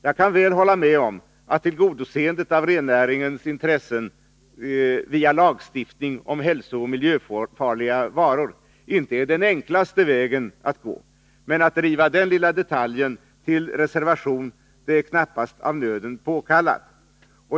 Jag kan väl hålla med om att tillgodoseendet av rennäringens intressen via lagstiftning om hälsooch miljöfarliga varor inte är den enklaste vägen att gå, men att driva den lilla detaljen till reservation är knappast av nöden påkallat.